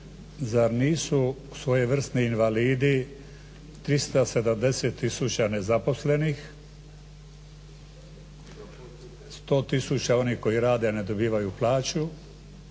zar nisu svojevrsni invalidi 370 tisuća nezaposlenih, 100 tisuća onih koji rade ne dobivaju plaću,